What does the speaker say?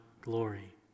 glory